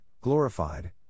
glorified